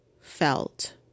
felt